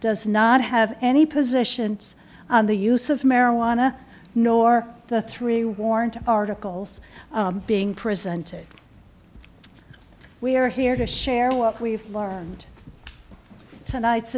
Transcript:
does not have any positions on the use of marijuana nor the three warrant articles being presenting we are here to share what we've learned tonight's